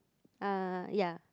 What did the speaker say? uh ya